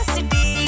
City